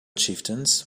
chieftains